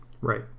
Right